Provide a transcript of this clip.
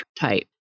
type